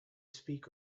speak